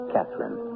Catherine